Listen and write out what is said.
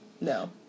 No